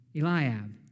Eliab